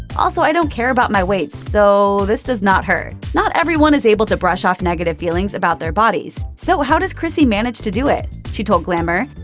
also i don't care about my weight sooooo so this does not hurt. not everyone is able to brush off negative feelings about their bodies, so how does chrissy manage to do it? she told glamour,